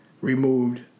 removed